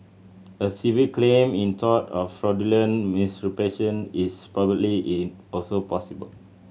a civil claim in tort of fraudulent misrepresentation is probably in also possible